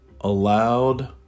allowed